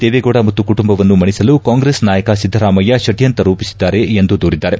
ದೇವೇಗೌಡ ಮತ್ತು ಕುಟುಂಬವನ್ನು ಮಣಿಸಲು ಕಾಂಗ್ರೆಸ್ ನಾಯಕ ಸಿದ್ದರಾಮಯ್ತ ಷಡ್ಕಂತ್ರ ರೂಪಿಸಿದ್ದಾರೆ ಎಂದು ದೂರಿದ್ದಾರೆ